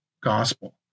gospel